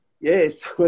Yes